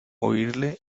oírle